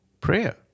prayer